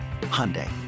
Hyundai